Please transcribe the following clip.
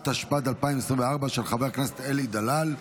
התשפ"ד 2024, של חבר הכנסת אלי דלל.